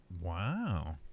Wow